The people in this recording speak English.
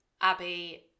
Abby